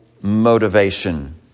motivation